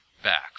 back